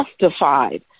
justified